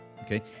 okay